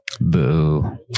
Boo